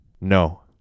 No